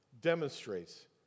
demonstrates